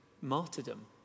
martyrdom